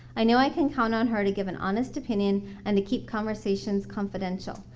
i know i can count on her to give an honest opinion and to keep conversations confidential.